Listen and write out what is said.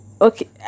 Okay